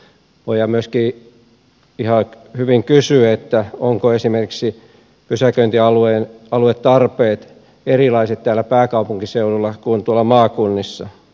voidaan myöskin ihan hyvin kysyä ovatko esimerkiksi pysäköintialuetarpeet erilaiset täällä pääkaupunkiseudulla kuin tuolla maakunnissa